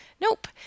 Nope